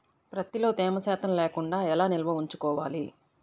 ప్రత్తిలో తేమ శాతం లేకుండా ఎలా నిల్వ ఉంచుకోవాలి?